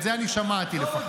את זה אני שמעתי לפחות.